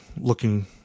looking